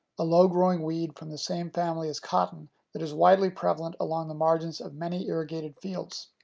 a low growing weed from the same family as cotton that is widely prevalent along the margins of many irrigated fields.